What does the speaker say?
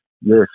yes